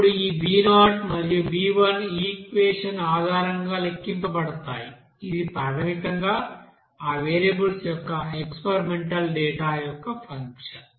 ఇప్పుడు ఈ b0 మరియు b1 ఈ ఈక్వెషన్ ఆధారంగా లెక్కించబడతాయి ఇది ప్రాథమికంగా ఆ వేరియబుల్స్ యొక్క ఎక్స్పెరిమెంటల్ డేటా యొక్క ఫంక్షన్